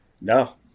no